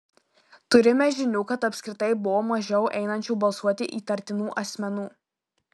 turime žinių kad apskritai buvo mažiau einančių balsuoti įtartinų asmenų